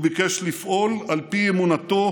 הוא ביקש לפעול על פי אמונתו